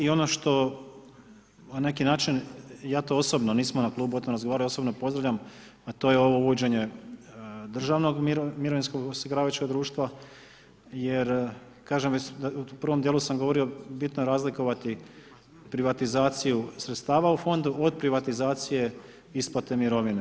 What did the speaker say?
I ono što na neki način, ja to osobno, nismo na klubu o tome razgovarali, osobno pozdravljam a to je ovo uvođenje državnog mirovinskog osiguravajućeg društva jer kažem, već u prvom dijelu sam govorio, bitno je razlikovati privatizaciju sredstava u fondu od privatizacije isplate mirovina.